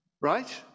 right